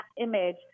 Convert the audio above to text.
image